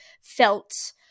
felt –